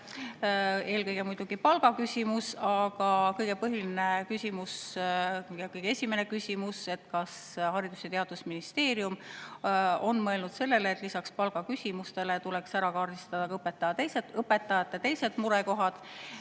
Eelkõige muidugi palgaküsimus. Aga kõige põhilisem küsimus ja kõige esimene küsimus on, kas Haridus‑ ja Teadusministeerium on mõelnud sellele, et lisaks palgaküsimustele tuleks ära kaardistada ka õpetajate teised murekohad.